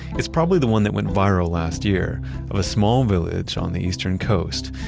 it's probably the one that went viral last year of a small village on the eastern coast.